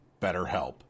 BetterHelp